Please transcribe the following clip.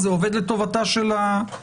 זה עובד לטובתה של הממשלה.